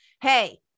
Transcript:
hey